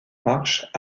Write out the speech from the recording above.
marches